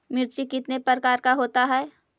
मिर्ची कितने प्रकार का होता है?